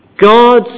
God